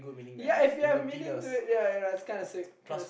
ya it should have meaning to it ya that's kind of sick kind of